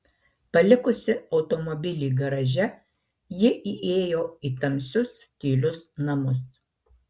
palikusi automobilį garaže ji įėjo į tamsius tylius namus